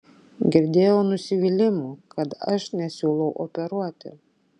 girdėjau nusivylimų kad aš nesiūlau operuoti